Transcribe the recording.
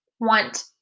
want